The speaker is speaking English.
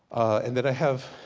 and then i have.